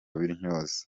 b’intyoza